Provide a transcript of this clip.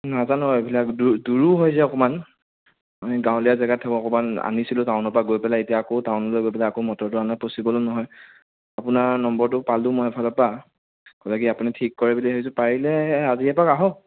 নাজানো আৰু এইবিলাক দূ দূৰো হয় যাই অকণমান আমি গাৱলীয়া জেগাত থাকো অকণমান আনিছিলো টাউনৰ পৰা গৈ পেলাই এতিয়া আকৌ টাউনলৈ গৈ পেলাই আকৌ মটৰটো অনা পছিবলো নহয় আপোনাৰ নম্বৰটো পালো মই এফালৰ পৰা ক'লে কি আপুনি ঠিক কৰে বুলি পাৰিলে আজি এবাৰ আহক